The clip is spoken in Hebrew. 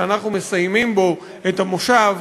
שאנחנו מסיימים בו את המושב,